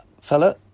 fella